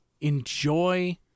enjoy